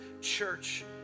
church